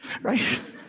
Right